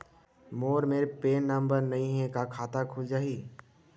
मोर मेर PAN number नई हे का खाता खुल जाही?